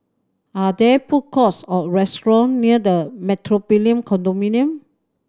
are there food courts or restaurant near The Metropolitan Condominium